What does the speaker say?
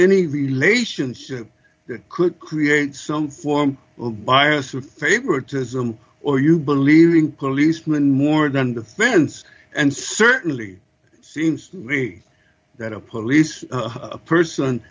any relationship that could create some form by or through favoritism or you believing policeman more than the fence and certainly seems to me that a police person